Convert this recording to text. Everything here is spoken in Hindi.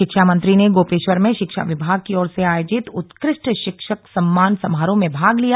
शिक्षा मंत्री ने गोपेश्वर में शिक्षा विभाग की ओर से आयोजित उत्कृष्ट शिक्षक सम्मान समारोह में भाग लिया